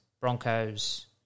Broncos